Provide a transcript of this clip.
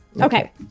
Okay